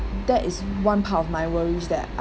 that is one part of my worries that